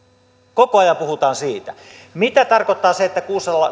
koko ajan puhutaan siitä mitä tarkoittaa se että